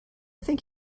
think